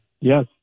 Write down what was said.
Yes